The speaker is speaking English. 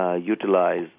Utilize